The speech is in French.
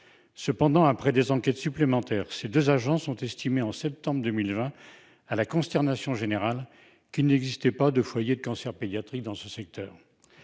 2020, après des enquêtes supplémentaires, ces deux agences ont estimé, à la consternation générale, qu'il n'existait pas de foyer de cancers pédiatriques dans ce secteur